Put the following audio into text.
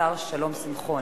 השר שלום שמחון.